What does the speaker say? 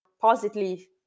positively